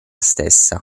stessa